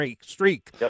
streak